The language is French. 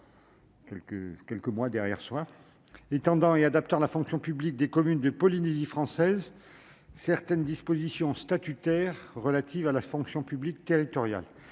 du 8 décembre 2021 étendant et adaptant à la fonction publique des communes de Polynésie française certaines dispositions statutaires relatives à la fonction publique territoriale.